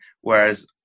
Whereas